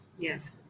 Yes